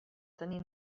tenir